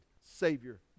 Savior